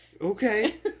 Okay